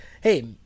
Hey